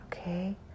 okay